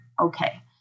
okay